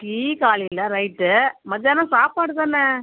tea காலையில் right மதியானம் சாப்பாடு தானே